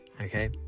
Okay